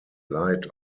light